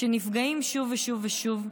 שנפגעים שוב ושוב ושוב,